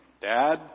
Dad